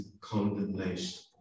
condemnation